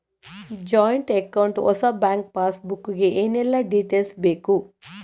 Joint account ಹೊಸ bank passbook ಗೆ ಏನೆಲ್ಲ ಡೀಟೇಲ್ಸ್ ಬೇಕು?